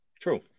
True